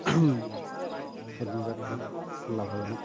চল্লিছ হাজাৰ টকা লাভজনক